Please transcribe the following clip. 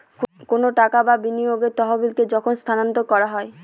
কোনো টাকা বা বিনিয়োগের তহবিলকে যখন স্থানান্তর করা হয়